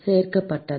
சேர்க்கப்பட்டதா